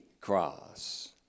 cross